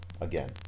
again